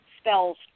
spells